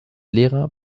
lehrer